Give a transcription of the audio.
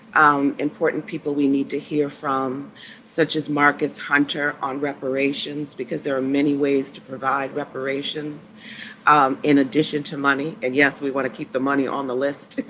important people we need to hear from such as marcus hunter, on reparations, because there are many ways to provide reparations um in addition to money. and yes, we want to keep the money on the list.